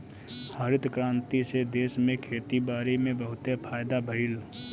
हरित क्रांति से देश में खेती बारी में बहुते फायदा भइल